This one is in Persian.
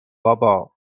بابا